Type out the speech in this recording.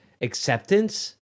acceptance